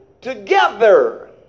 together